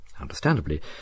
Understandably